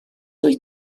wyt